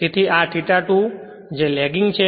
તેથી આ theta 2 જે લેગિંગ છે